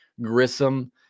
Grissom